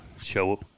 show